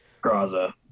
Graza